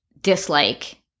dislike